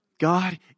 God